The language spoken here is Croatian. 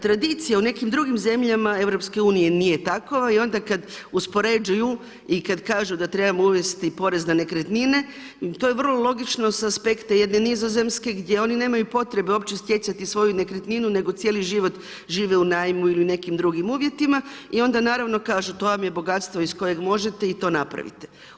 Tradicija u nekim drugim zemljama EU nije takva i onda kada uspoređuju i kada kažu da trebamo uvesti porez na nekretnine to je vrlo logično sa aspekta jedne Nizozemske gdje oni nemaju potrebe uopće stjecati svoju nekretninu nego cijeli život žive u najmu ili u nekim drugim uvjetima i onda naravno kažu to vam je bogatstvo iz kojeg možete i to napravite.